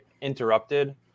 interrupted